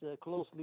Closely